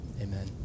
Amen